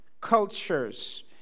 cultures